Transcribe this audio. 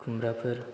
खुम्ब्राफोर